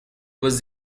was